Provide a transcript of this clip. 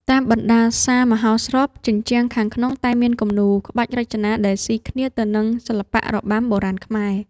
តាមបណ្ដាសាលមហោស្រព ជញ្ជាំងខាងក្នុងតែងមានគំនូរក្បាច់រចនាដែលស៊ីគ្នាទៅនឹងសិល្បៈរបាំបុរាណខ្មែរ។